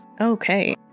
Okay